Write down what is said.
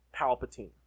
Palpatine